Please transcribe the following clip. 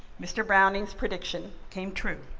mr. browning's prediction came true.